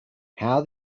how